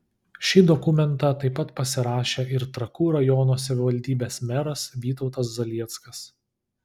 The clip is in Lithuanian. šį dokumentą taip pat pasirašė ir trakų rajono savivaldybės meras vytautas zalieckas